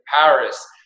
Paris